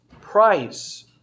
price